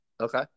Okay